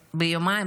ביומיים,